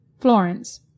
Florence